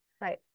Right